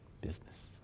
business